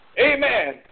amen